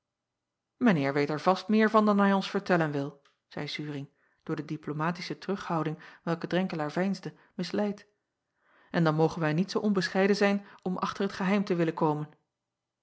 eer weet er vast meer van dan hij ons vertellen wil zeî uring door de diplomatische terughouding welke renkelaer veinsde misleid en dan mogen wij niet zoo onbescheiden zijn om achter het geheim te willen komen